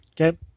okay